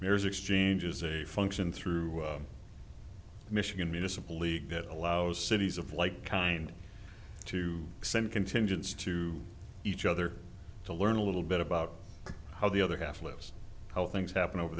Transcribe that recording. there's exchange is a function through michigan municipal league that allows cities of like kind to send contingents to each other to learn a little bit about how the other half lives how things happen over